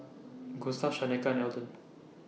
Gustav Shaneka and Elden